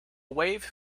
wave